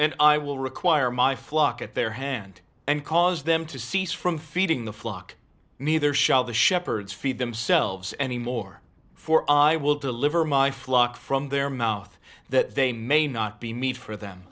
and i will require my flock at their hand and cause them to cease from feeding the flock neither shall the shepherds feed themselves any more for i will deliver my flock from their mouth that they may not be meat for them